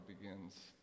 begins